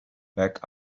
back